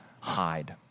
hide